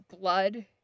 blood